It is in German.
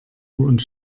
und